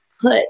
put